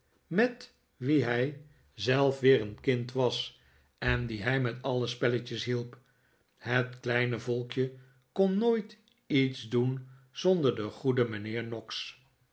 met wie hij zelf weer een kind was en die hij met alle spelletjes hielp het kleine volkje kon nooit iets doen zonder den goeden mijnheer noggs